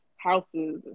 houses